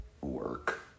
work